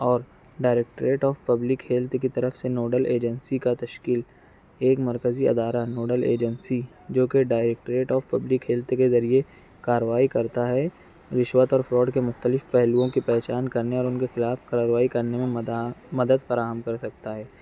اور directorate of public health کی طرف سے نوڈل ایجنسی کا تشکیل ایک مرکزی ادارہ نوڈل ایجنسی جوکہ ڈائریکٹریٹ آف ہیلتھ کے ذریعہ کارروائی کرتا ہے رشوت اور فراڈ کے مختلف پہلوؤں کی پہچان کرنے اور ان کے خلاف کارروائی کرنے میں مداں مدد فراہم کر سکتا ہے